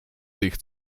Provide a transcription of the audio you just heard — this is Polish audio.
tych